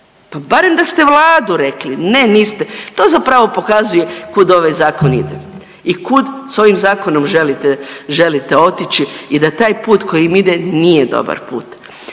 Pa barem da ste Vladu rekli. Ne, niste. To zapravo pokazuje kud ovaj zakon ide i kud sa ovim zakonom želite otići i da taj put kojim ide nije dobar put.